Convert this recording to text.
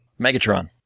Megatron